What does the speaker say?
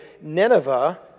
Nineveh